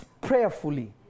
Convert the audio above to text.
prayerfully